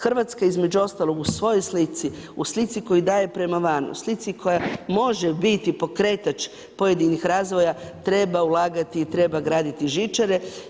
Hrvatska između ostalog u svojoj slici, u slici koju daje prema van, u slici koja može biti pokretač pojedinih razvoja treba ulagati i treba graditi žičare.